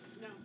No